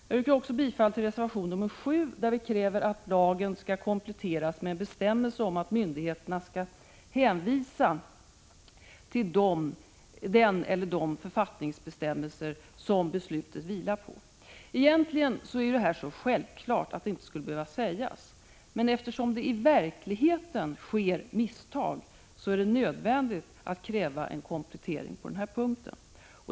Jag yrkar också bifall till reservation nr 7, där vi kräver att lagen skall kompletteras med en bestämmelse om att myndigheterna skall hänvisa till den eller de författningsbestämmelser som beslutet vilar på. Egentligen är det så självklart att det inte skulle behöva sägas. Men eftersom det i verkligheten sker misstag är det nödvändigt att kräva en komplettering på den här punkten.